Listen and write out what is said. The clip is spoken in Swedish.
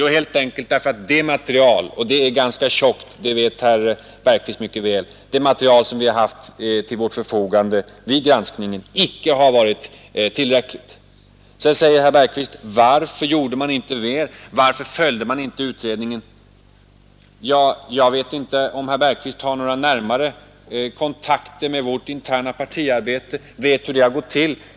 Jo, helt enkelt därför att det material — och det är ganska tjockt, som herr Bergqvist mycket väl vet — som vi haft till förfogande vid granskningen icke har varit tillräckligt. Herr Bergqvist frågar också varför vi inte gjorde mer och varför vi inte följde utredningen. Jag vet inte om herr Bergqvist har några närmare kontakter med vårt interna partiarbete och vet hur det har gått till.